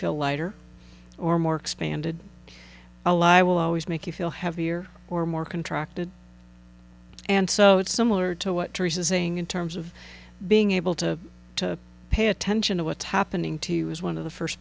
feel lighter or more expanded alive will always make you feel heavier or more contracted and so it's similar to what teresa saying in terms of being able to to pay attention to what's happening to you is one of the first